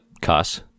cuss